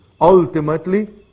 Ultimately